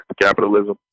Capitalism